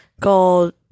called